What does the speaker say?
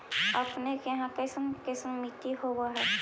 अपने के यहाँ कैसन कैसन मिट्टी होब है?